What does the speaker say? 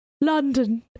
London